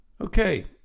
Okay